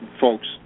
folks